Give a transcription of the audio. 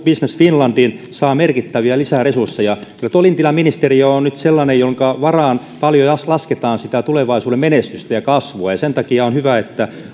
business finland saa merkittäviä lisäresursseja kyllä tuo lintilän ministeriö on nyt sellainen jonka varaan paljon lasketaan sitä tulevaisuuden menestystä ja kasvua sen takia on hyvä että